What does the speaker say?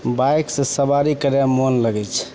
बाइकसे सवारी करैमे मोन लगै छै